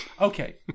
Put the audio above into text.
Okay